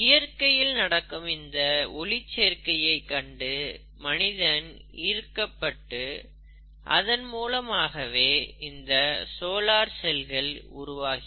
இயற்கையில் நடக்கும் இந்த ஒளிச்சேர்க்கையை கண்டு மனிதன் ஈர்க்கப்பட்டு அதன் மூலமாகவே இந்த சோலார் செல்கள் உருவாகின